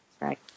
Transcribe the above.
Right